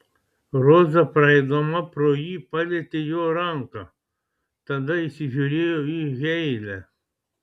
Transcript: roza praeidama pro jį palietė jo ranką tada įsižiūrėjo į heile